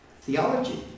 theology